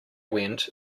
went